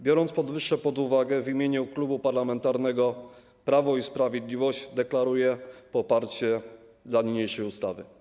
Biorąc powyższe pod uwagę, w imieniu Klubu Parlamentarnego Prawo i Sprawiedliwość deklaruję poparcie dla niniejszej ustawy.